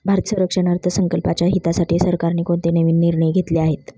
भारतीय संरक्षण अर्थसंकल्पाच्या हितासाठी सरकारने कोणते नवीन निर्णय घेतले आहेत?